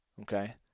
okay